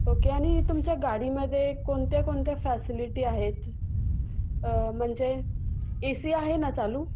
okay आणि तुमच्या गाडीमध्ये कोणत्या कोणत्या फॅसिलिटी आहेत म्हणजे एसी आहे ना चालू